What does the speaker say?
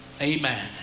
Amen